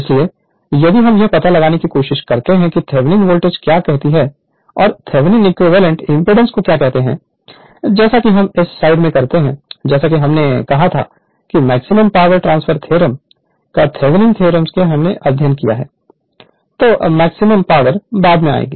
इसलिए यदि हम यह पता लगाने की कोशिश करते हैं कि थ्वेनिन वोल्टेज क्या कहती है और थ्वेनिन इक्विवेलेंट एमपीडांस को क्या कहते हैं जैसा कि हम इस साइड में करते हैं जैसे कि हमने कहा है कि मैक्सिमम पावर ट्रांसफर थ्योरम या थेवेनिन थ्योरम Thevenin's theorem का हमने अध्ययन किया है तो मैक्सिमम पावर बाद में आएगी